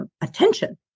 attention